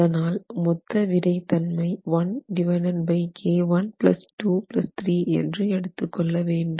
அதனால் மொத்த விறை தன்மை என்று எடுத்து கொள்ள வேண்டும்